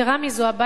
יתירה מזאת,